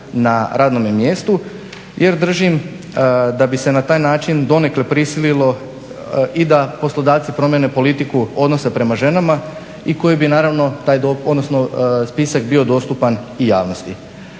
na radnome mjestu jer držim da bi se na taj način donekle prisililo i da poslodavci promijene politiku odnosa prema ženama i koji bi naravno taj dopis, odnosno spisak bio dostupan i javnosti.